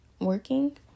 working